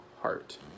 heart